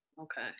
okay